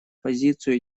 позиции